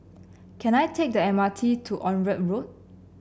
can I take the M R T to Onraet Road